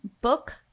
book